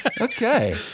Okay